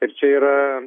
ir čia yra